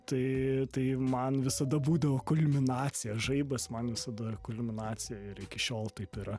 tai tai man visada būdavo kulminacija žaibas man visada kulminacija ir iki šiol taip yra